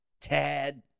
Tad